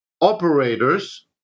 operators